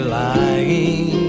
lying